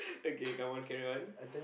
okay come on carry on